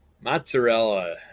mozzarella